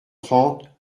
trente